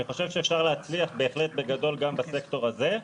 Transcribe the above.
אני חושב שאפשר להצליח בהחלט בגדול גם בסקטור הזה.